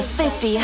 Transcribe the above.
50